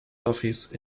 office